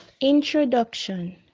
Introduction